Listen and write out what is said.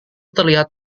terlihat